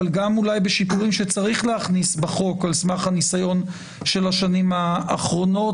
אבל גם בשיפורים שצריך להכניס בחוק על סמך הניסיון של השנים האחרונות,